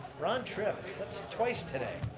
ron trip that's twice today.